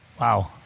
wow